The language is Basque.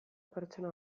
pertsona